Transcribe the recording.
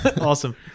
Awesome